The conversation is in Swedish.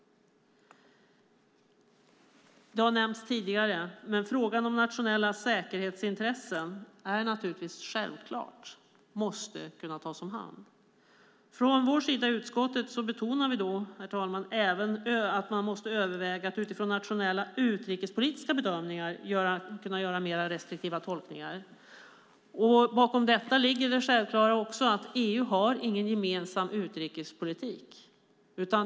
Det har nämnts tidigare, men det är naturligtvis självklart att frågan om nationella säkerhetsintressen måste tas om hand. Utskottet betonar att det måste övervägas att utifrån nationella utrikespolitiska bedömningar göra mer restriktiva tolkningar. Bakom detta ligger det självklara att EU inte har en gemensam utrikespolitik.